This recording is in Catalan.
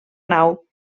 nau